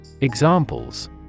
Examples